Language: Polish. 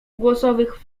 głosowych